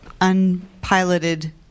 unpiloted